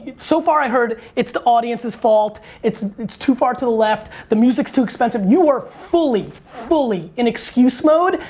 so far i heard, it's the audience's fault. it's it's too far to the left, the music's too expensive. you are fully, fully in excuse mode.